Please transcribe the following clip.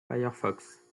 firefox